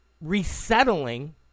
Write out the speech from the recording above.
resettling